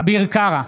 אביר קארה,